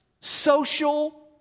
social